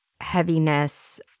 heaviness